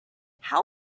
how